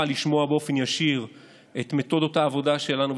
לשמוע באופן ישיר את מתודות העבודה שלנו,